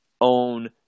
own